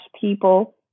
people